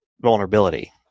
vulnerability